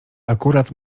akurat